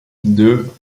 deux